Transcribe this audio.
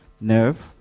nerve